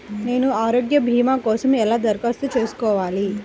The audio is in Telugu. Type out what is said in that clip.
నేను ఆరోగ్య భీమా కోసం ఎలా దరఖాస్తు చేసుకోవాలి?